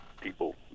people